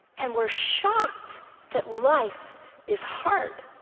and we're shocked that life is hard.